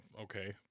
okay